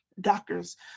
doctors